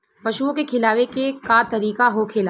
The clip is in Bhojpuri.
पशुओं के खिलावे के का तरीका होखेला?